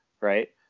Right